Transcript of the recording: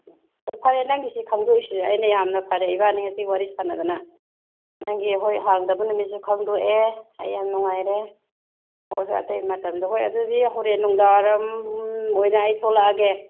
ꯑꯣ ꯐꯔꯦ ꯅꯪꯒꯤꯁꯦ ꯈꯪꯗꯣꯛꯏꯁꯦ ꯑꯩꯅ ꯌꯥꯝꯅ ꯐꯔꯦ ꯏꯕꯥꯅꯤ ꯉꯁꯤ ꯋꯥꯔꯤ ꯁꯥꯟꯅꯗꯅ ꯅꯪꯒꯤ ꯍꯣꯏ ꯍꯥꯡꯗꯕ ꯅꯨꯃꯤꯠꯁꯨ ꯈꯪꯗꯣꯛꯑꯦ ꯑꯩ ꯌꯥꯝ ꯅꯨꯡꯉꯥꯏꯔꯦ ꯍꯣꯏ ꯍꯣꯏ ꯑꯇꯩ ꯃꯇꯝꯗ ꯍꯣꯏ ꯑꯗꯨꯗꯤ ꯍꯣꯔꯦꯟ ꯅꯨꯡꯗꯥꯡ ꯋꯥꯏꯔꯝ ꯑꯣꯏꯅ ꯑꯩ ꯊꯣꯛꯂꯛꯑꯒꯦ